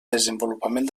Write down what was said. desenvolupament